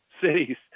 cities